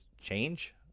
change